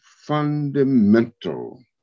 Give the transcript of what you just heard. fundamental